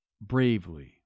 bravely